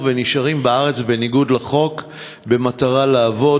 ונשארים בארץ בניגוד לחוק כדי לעבוד,